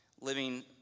living